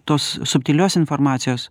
tos subtilios informacijos